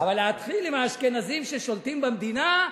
אבל להתחיל עם האשכנזים ששולטים במדינה?